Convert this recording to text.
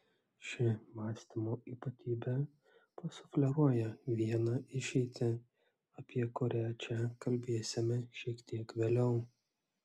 ši mąstymo ypatybė pasufleruoja vieną išeitį apie kurią čia kalbėsime šiek tiek vėliau